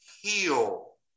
heal